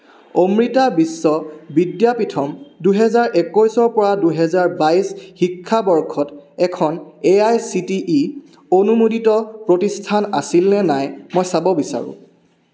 অমৃতা বিশ্ব বিদ্যাপীঠম দুহেজাৰ একৈছৰ পৰা দুহেজাৰ বাইছ শিক্ষাবৰ্ষত এখন A I C T E অনুমোদিত প্ৰতিষ্ঠান আছিল নে নাই মই চাব বিচাৰোঁ